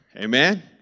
amen